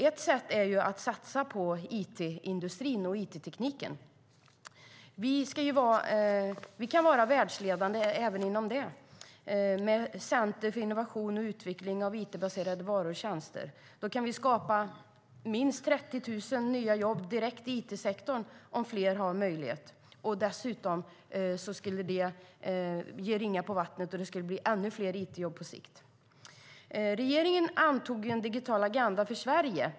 Ett sätt är att satsa på it-industrin och it-tekniken. Vi kan vara världsledande även inom detta med centrum för innovation och utveckling av it-baserade varor och tjänster. Om fler har möjlighet kan vi skapa minst 30 000 nya jobb direkt i it-sektorn. Dessutom skulle det ge ringar på vattnet, och det skulle bli ännu fler it-jobb på sikt. Regeringen antog en digital agenda för Sverige.